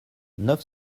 neuf